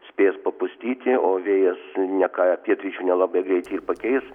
spės papustyti o vėjas ne ką pietryčių nelabai greit jį ir pakeis